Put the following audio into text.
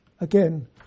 Again